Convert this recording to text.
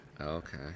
Okay